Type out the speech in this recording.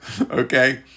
okay